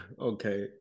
Okay